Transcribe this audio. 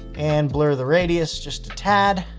and blur the radius just a tad.